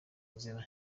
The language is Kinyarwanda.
nzira